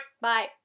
Bye